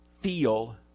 feel